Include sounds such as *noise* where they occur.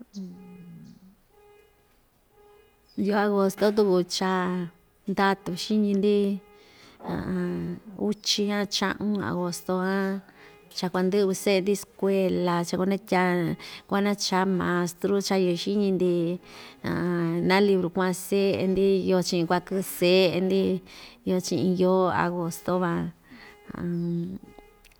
*noise* *hesitation* yoo agosto tuku cha ndatun xiñi‑ndi *hesitation* uchi *hesitation* chaꞌun agosto *hesitation* cha kuandɨꞌɨ‑vi seꞌe‑ndi skueka cha kuana tya kuanacha mastru cha yɨvɨ ñiñi‑ndi *hesitation* naa libru kuaꞌa seꞌe‑ndi yoo chiꞌin kuakɨꞌɨ seꞌe‑ndi yoo chiꞌin yoo agosto van. *hesitation*